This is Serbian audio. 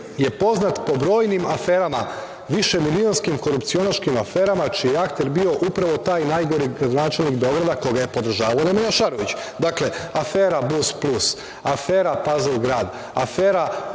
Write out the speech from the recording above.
je poznat po brojnim aferama, višemilionskim, korupcionaškim aferama, čiji je akter bio upravo taj najgori gradonačelnik Beograda koga je podržavao Nemanja Šarović. Dakle, afera „Bus-plus“, afera „ Pazl grad“, afera ugradnja